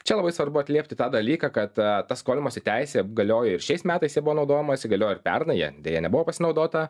čia labai svarbu atliepti tą dalyką kad tas skolimosi teisė galioja ir šiais metais ja buvo naudojamasi gilioje pernai ja deja nebuvo pasinaudota